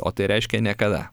o tai reiškia niekada